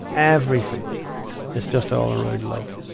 everything is just all-around love.